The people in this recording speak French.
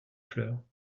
fleurs